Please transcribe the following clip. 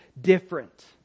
different